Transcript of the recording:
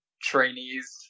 trainees